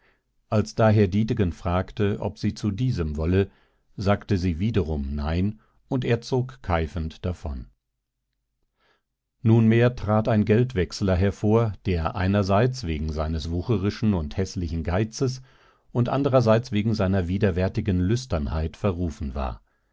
als daher dietegen fragte ob sie zu diesem wolle sagte sie wiederum nein und er zog keifend davon nunmehr trat ein geldwechsler hervor der einerseits wegen seines wucherischen und häßlichen geizes und anderseits wegen seiner widerwärtigen lüsternheit verrufen war